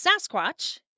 Sasquatch